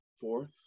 Fourth